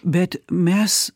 bet mes